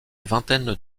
vingtaine